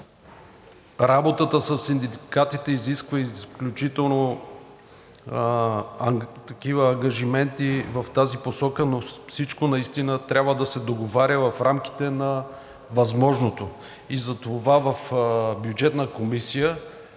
Работата със синдикатите изисква изключително такива ангажименти в тази посока, но всичко наистина трябва да се договаря в рамките на възможното и затова в Бюджетна комисия